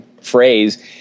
phrase